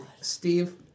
Steve